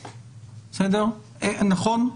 נכון?